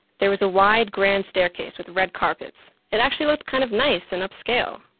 there was a wide, grand staircase, with red carpets. it actually looked kind of nice and upscale.